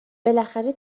بالاخره